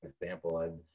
example